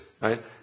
right